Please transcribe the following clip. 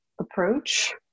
approach